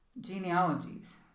genealogies